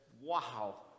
wow